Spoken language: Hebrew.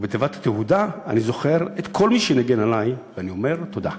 ובתיבת התהודה / אני זוכר את / כל מי שניגן עלי / ואני אומר / תודה".